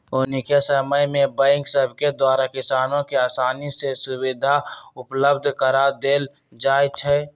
अखनिके समय में बैंक सभके द्वारा किसानों के असानी से सुभीधा उपलब्ध करा देल जाइ छइ